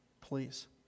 Please